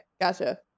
gotcha